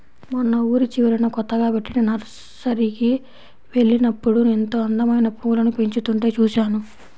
మొన్న ఊరి చివరన కొత్తగా బెట్టిన నర్సరీకి వెళ్ళినప్పుడు ఎంతో అందమైన పూలను పెంచుతుంటే చూశాను